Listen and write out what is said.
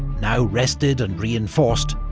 now rested and reinforced,